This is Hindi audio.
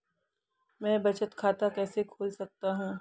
मैं बचत खाता कैसे खोल सकता हूँ?